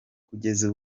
kugeza